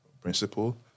principle